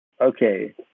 Okay